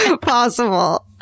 possible